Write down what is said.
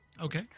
okay